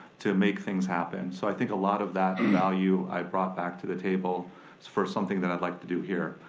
to make things happen. so i think a lot of that and value i brought back to the table for something that i'd like to do here.